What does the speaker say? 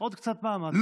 עוד קצת מאמץ וזה יקרה.